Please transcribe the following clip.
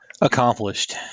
Accomplished